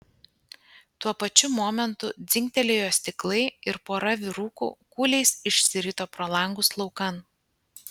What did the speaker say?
tuo pačiu momentu dzingtelėjo stiklai ir pora vyrukų kūliais išsirito pro langus laukan